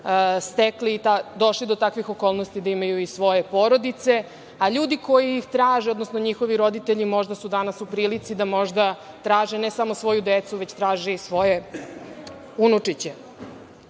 došli do takvih okolnosti da imaju i svoje porodice, a ljudi koji ih traže, odnosno njihovi roditelji možda su danas u prilici da možda traže, ne samo svoju decu, već traže i svoje unučiće.S